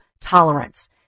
tolerance